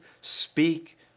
speak